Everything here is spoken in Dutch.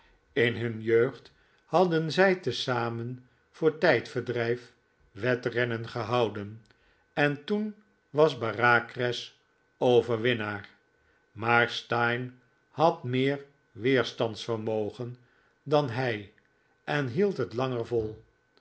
in nun jeugd hadden zij te zamen voor tijdverdrijf wedrennen gehouden en toen was bareacres overwinnaar maar steyne had meer weerstandsvermogen dan hij en hield het langer vol